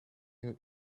you